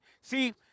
See